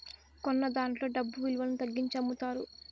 కొన్నదాంట్లో డబ్బు విలువను తగ్గించి అమ్ముతారు